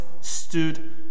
Stood